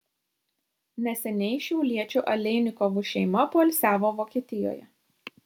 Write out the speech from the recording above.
neseniai šiauliečių aleinikovų šeima poilsiavo vokietijoje